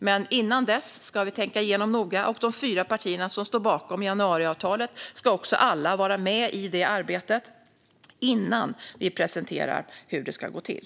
Men innan dess ska vi tänka igenom den noga, och de fyra partier som står bakom januariavtalet ska alla vara med i det arbetet innan vi presenterar hur det ska gå till.